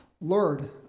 Lord